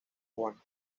juan